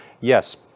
yes